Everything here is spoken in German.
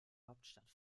hauptstadt